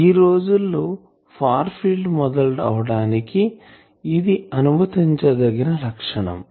ఈ రోజుల్లో far field మొదలు అవటానికి ఇది అనుమతించదగిన లక్షణం